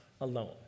alone